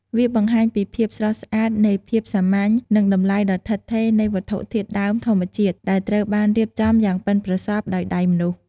វាបង្ហាញពីភាពស្រស់ស្អាតនៃភាពសាមញ្ញ និងតម្លៃដ៏ឋិតថេរនៃវត្ថុធាតុដើមធម្មជាតិដែលត្រូវបានរៀបចំយ៉ាងប៉ិនប្រសប់ដោយដៃមនុស្ស។